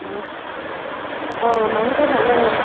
অঁ অঁ মাহঁতৰো ভালেই অঁ